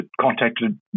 contacted